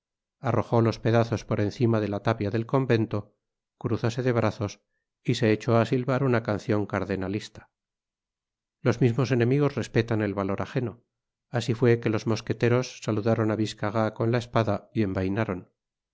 arrojó los pedazos por encima la tapia del convento cruzóse de brazo y se hecho é silvar una cancion cardenalista los mismos enemigos respetan el valor ajeno así fué que los mosqueteros saludaron á biscarat con la espada y